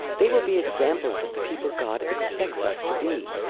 they will be examples of the people god expects us to be.